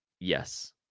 Yes